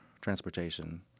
transportation